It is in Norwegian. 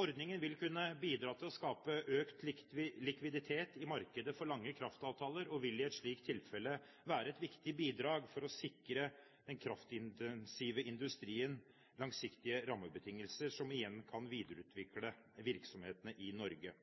Ordningen vil kunne bidra til å skape økt likviditet i markedet for lange kraftavtaler, og vil i et slikt tilfelle være et viktig bidrag for å sikre den kraftintensive industrien langsiktige rammebetingelser, som igjen kan videreutvikle virksomhetene i Norge.